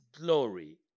glory